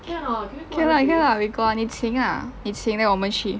can lah can lah 如果你请啊你请 then 我们去